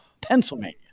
Pennsylvania